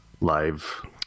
live